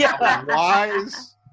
wise